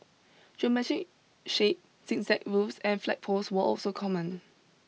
geometric shapes zigzag roofs and flagpoles were also common